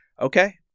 okay